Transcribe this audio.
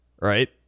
right